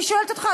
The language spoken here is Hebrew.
אני שואלת אותך,